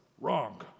wrong